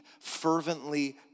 fervently